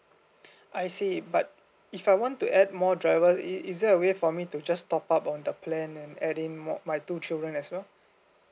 I see but if I want to add more driver is there a way for me to just top up on the plan and add in more my two children as well